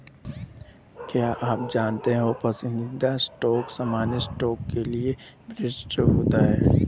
क्या आप जानते हो पसंदीदा स्टॉक सामान्य स्टॉक के लिए वरिष्ठ होते हैं?